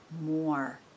more